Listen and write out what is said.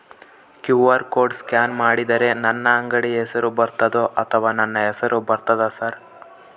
QR code scan ಮಾಡಿದರೆ ನನ್ನ ಅಂಗಡಿ ಹೆಸರು ಬರ್ತದೋ ಅಥವಾ ನನ್ನ ಹೆಸರು ಬರ್ತದ ಸರ್?